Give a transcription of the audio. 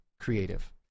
creative